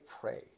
pray